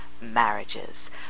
marriages